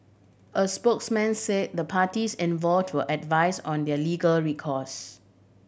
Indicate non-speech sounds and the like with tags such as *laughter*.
a spokesman say the parties *unintelligible* advise on their legal recourse